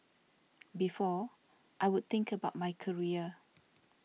before I would think about my career